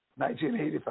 1985